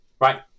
Right